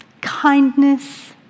kindness